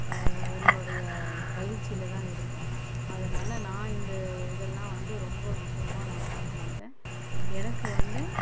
என்னுடைய பயிற்சியில் தான் இருக்கும் அதனால் நான் இந்த இதெல்லாம் வந்து ரொம்ப விஷயமாக நான் பார்க்கமாட்டேன் எனக்கு வந்து